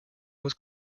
was